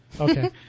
Okay